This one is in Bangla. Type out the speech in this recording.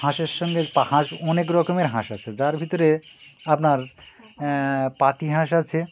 হাঁসের সঙ্গে পা হাঁস অনেক রকমের হাঁস আছে যার ভিতরে আপনার পাতি হাঁস আছে